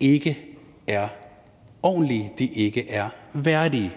ikke er ordentlige, ikke er værdige.